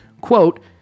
quote